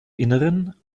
inneren